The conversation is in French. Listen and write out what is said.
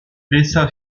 laissa